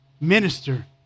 minister